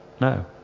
No